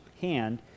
hand